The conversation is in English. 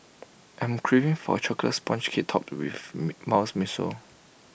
I am craving for Chocolate Sponge Cake Topped with miso